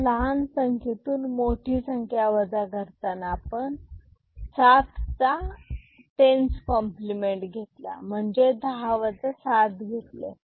आता लहान संख्येतून मोठी संख्या वजा करताना आपण सात चा टेन्स कॉम्प्लिमेंट 10s compliment घेतला म्हणजे दहा 7 घेतले